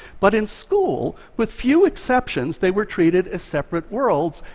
but in school, with few exceptions, they were treated as separate worlds,